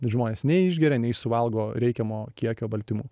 žmonės neišgeria nei suvalgo reikiamo kiekio baltymų